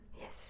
Yes